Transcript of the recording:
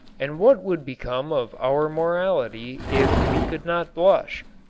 and what would become of our morality if we could not blush?